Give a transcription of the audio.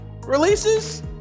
releases